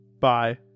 Bye